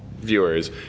viewers